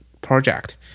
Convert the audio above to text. project